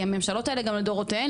כי הממשלות גם לדורותיהן,